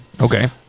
Okay